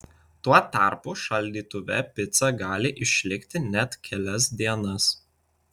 tuo tarpu šaldytuve pica gali išlikti net kelias dienas